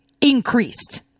increased